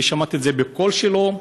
ושמעתי את זה בקול שלו,